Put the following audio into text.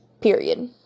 Period